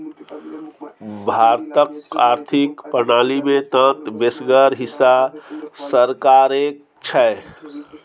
भारतक आर्थिक प्रणाली मे तँ बेसगर हिस्सा सरकारेक छै